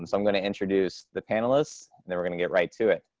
and i'm gonna introduce the panelists and then we're gonna get right to it.